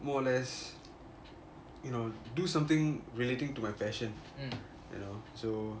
more or less you know do something relating to my passion you know so